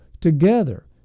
together